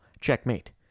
checkmate